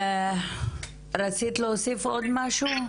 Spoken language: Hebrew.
רצית להוסיף עוד משהו?